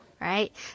right